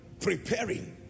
Preparing